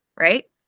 Right